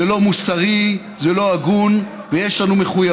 זה לא מוסרי, זה לא הגון, ויש לנו מחויבות.